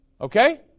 Okay